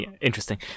Interesting